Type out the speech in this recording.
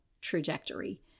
trajectory